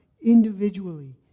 individually